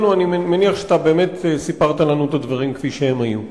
היכרותנו אני מניח שאתה באמת סיפרת לנו את הדברים כפי שאכן היו.